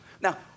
Now